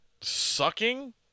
Sucking